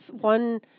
one